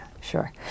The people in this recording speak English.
sure